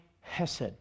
Hesed